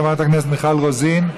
חברת הכנסת מיכל רוזין,